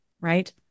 Right